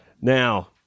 now